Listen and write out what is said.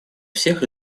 всех